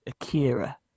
Akira